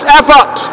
effort